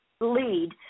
lead